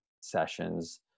sessions